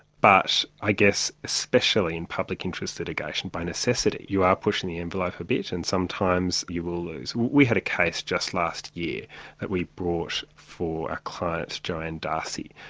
but i guess, especially in the public interest litigation, by necessity you are pushing the envelope a bit and sometimes you will lose. we had a case just last year that we brought for a client, joanne darcy.